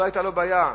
לא היתה לו בעיה.